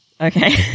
Okay